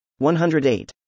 108